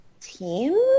team